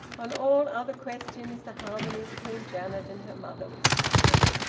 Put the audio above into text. on all other questions the harmony between janet and her mother was complete,